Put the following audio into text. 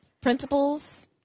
principles